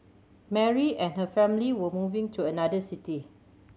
Mary and her family were moving to another city